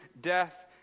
death